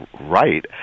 right